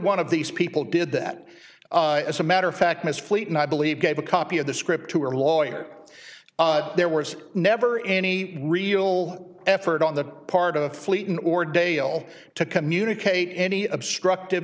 one of these people did that as a matter of fact ms fleet and i believe gave a copy of the script to her lawyer but there was never any real effort on the part of fleeting or dale to communicate any obstructive